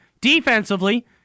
Defensively